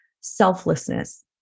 selflessness